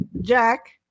Jack